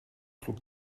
druck